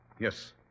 Yes